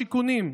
בשיכונים,